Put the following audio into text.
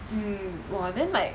mm !wah! then like